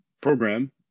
program